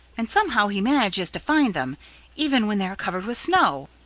and somehow he manages to find them even when they are covered with snow.